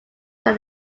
that